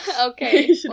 Okay